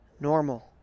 normal